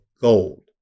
gold